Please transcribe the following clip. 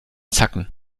zacken